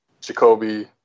Jacoby